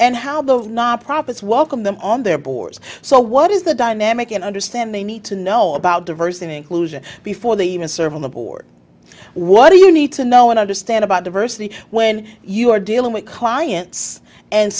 and how those nonprofits welcome them on their boards so what is the dynamic and understand they need to know about diversity and inclusion before they even serve on the board what do you need to know and understand about diversity when you are dealing with clients and